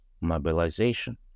mobilization